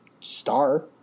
star